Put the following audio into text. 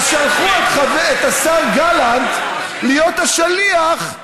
אז שלחו את השר גלנט להיות השליח,